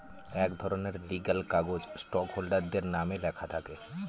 এক ধরনের লিগ্যাল কাগজ স্টক হোল্ডারদের নামে লেখা থাকে